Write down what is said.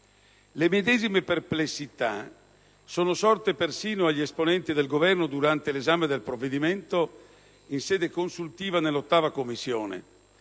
Le medesime perplessità sono sorte persino ad esponenti del Governo durante l'esame del provvedimento in sede consultiva nell'8a Commissione,